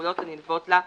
ומפעולות הנלוות לה,